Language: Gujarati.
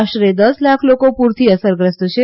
આશરે દસ લાખ લોકો પૂરથી અસરગ્રસ્ત છે